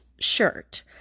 shirt